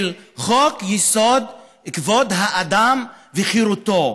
חוק-יסוד: כבוד האדם וחירותו,